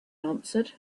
answered